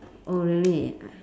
oh really uh